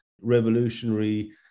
revolutionary